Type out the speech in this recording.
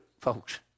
folks